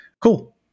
cool